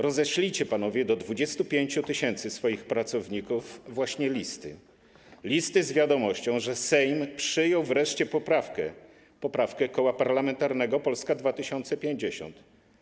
Roześlijcie panowie do 25 tys. swoich pracowników listy z wiadomością, że Sejm przyjął wreszcie poprawkę, poprawkę Koła Parlamentarnego Polska 2050.